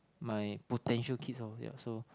my potential kids orh ya so